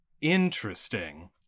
Interesting